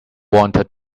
wanted